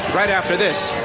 right after this.